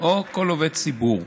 או כל עובד ציבור.